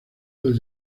del